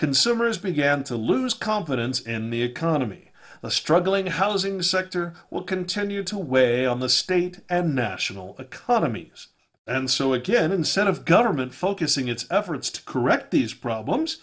consumers began to lose confidence in the economy a struggling housing sector will continue to weigh on the state and national economies and so again instead of government focusing its efforts to correct these problems